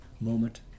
moment